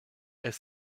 est